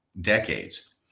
decades